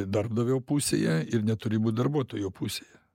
darbdavio pusėje ir neturi būt darbuotojo pusėje